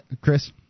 chris